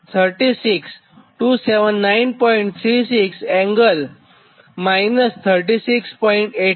36 36